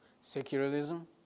Secularism